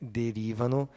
derivano